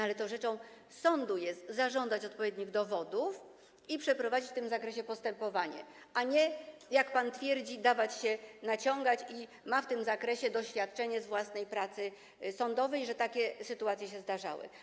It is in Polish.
Ale to rzeczą sądu jest zażądać odpowiednich dowodów i przeprowadzić w tym zakresie postępowanie, a nie dawać się naciągać, jak pan twierdzi, i ma w tym zakresie doświadczenie z własnej pracy sądowej, że takie sytuacje się zdarzały.